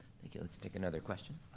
thank you, let's take another question.